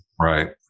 Right